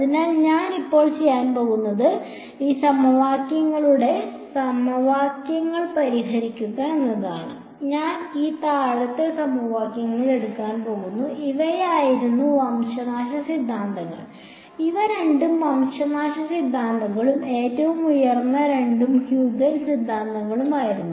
അതിനാൽ ഞാൻ ഇപ്പോൾ ചെയ്യാൻ പോകുന്നത് ഈ സമവാക്യങ്ങളുടെ സമവാക്യങ്ങൾ പരിഹരിക്കുക എന്നതാണ് ഞാൻ ഈ താഴത്തെ സമവാക്യങ്ങൾ എടുക്കാൻ പോകുന്നു ഇവയായിരുന്നു വംശനാശ സിദ്ധാന്തങ്ങൾ ഇവ രണ്ടും വംശനാശ സിദ്ധാന്തങ്ങളും ഏറ്റവും ഉയർന്ന രണ്ടും ഹ്യൂഗൻസ് സിദ്ധാന്തങ്ങളുമായിരുന്നു